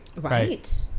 Right